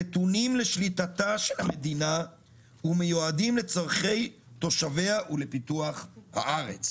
נתונים לשליטת המדינה ומיועדים לצורכי תושביה ולפיתוח הארץ,